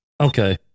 Okay